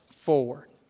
forward